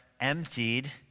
emptied